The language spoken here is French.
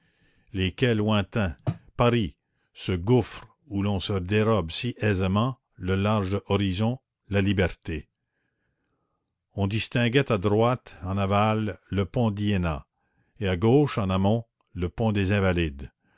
les quais lointains paris ce gouffre où l'on se dérobe si aisément le large horizon la liberté on distinguait à droite en aval le pont d'iéna et à gauche en amont le pont des invalides